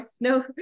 no